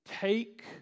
Take